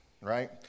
right